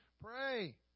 pray